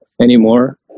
anymore